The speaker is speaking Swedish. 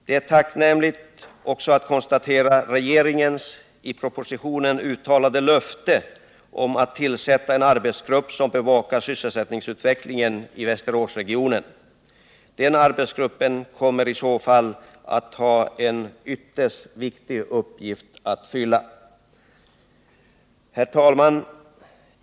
Det är också tacknämligt att konstatera regeringens ipropositionen uttalade löfte om att tillsätta en arbetsgrupp som bevakar sysselsättningsutvecklingen i Västeråsregionen. En sådan arbetsgrupp kommer i så fall att ha en ytterst viktig uppgift att fylla. Herr talman!